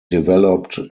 developed